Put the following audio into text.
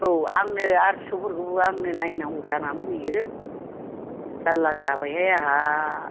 औ आंनो आरो फिसौफोरखौबो आंनो नायनांगौ जानानै फैयो जाल्ला जाबायहाय आंहा